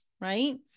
right